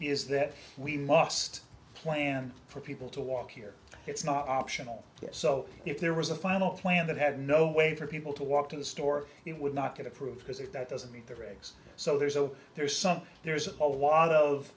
is that we must plan for people to walk here it's not optional so if there was a final plan that had no way for people to walk to the store it would not get approved because if that doesn't meet the regs so there's a there's some there's a lot of